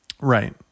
Right